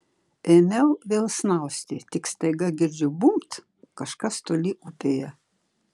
ėmiau vėl snausti tik staiga girdžiu bumbt kažkas toli upėje